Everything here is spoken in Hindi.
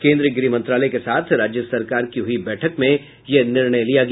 केन्द्रीय गृह मंत्रलाय के साथ राज्य सरकार की हुई बैठक में यह निर्णय लिया गया